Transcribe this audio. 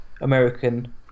American